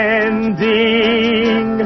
ending